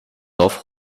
dorf